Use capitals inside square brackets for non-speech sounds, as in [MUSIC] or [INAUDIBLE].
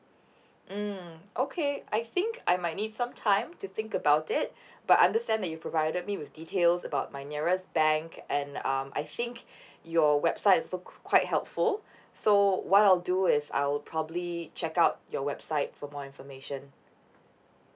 mm okay I think I might need some time to think about it [BREATH] but I understand that you provided me with details about my nearest bank and um I think [BREATH] your website is also q~ quite helpful so what I'll do is I'll probably check out your website for more information